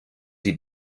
die